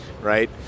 right